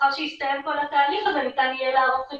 לאחר שיסתיים כל ההליך הזה ניתן יהיה לערוך את